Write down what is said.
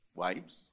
wives